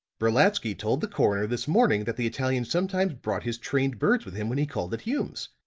brolatsky told the coroner this morning that the italian sometimes brought his trained birds with him when he called at hume's.